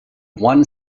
one